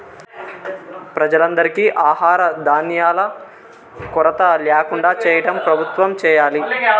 ప్రజలందరికీ ఆహార ధాన్యాల కొరత ల్యాకుండా చేయటం ప్రభుత్వం చేయాలి